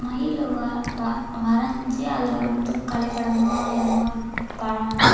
மயில் வ வ வரைந்து அதில் வந்து கலைப்படமாக எதுனா ஒரு பழம்